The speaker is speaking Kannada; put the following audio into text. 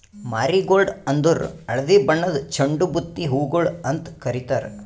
ಮಾರಿಗೋಲ್ಡ್ ಅಂದುರ್ ಹಳದಿ ಬಣ್ಣದ್ ಚಂಡು ಬುತ್ತಿ ಹೂಗೊಳ್ ಅಂತ್ ಕಾರಿತಾರ್